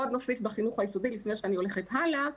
עוד נוסיף בחינוך היסודי לפני שאני הולכת הלאה.